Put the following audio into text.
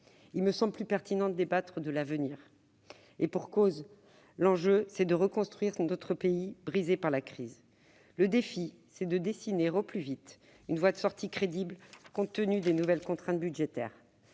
Je crois plus pertinent de débattre de l'avenir, et pour cause : l'enjeu est de reconstruire notre pays, brisé par la crise. Le défi, c'est de dessiner au plus vite une voie de sortie crédible, eu égard aux nouvelles contraintes budgétaires.